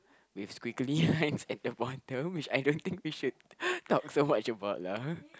with squiggly lines at the bottom which I don't think we should talk so much about lah